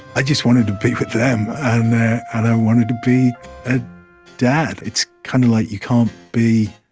i just wanted to be with them and i wanted to be a dad. it's kind of like you can't be,